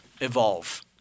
evolve